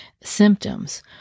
symptoms